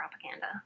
propaganda